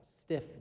stiff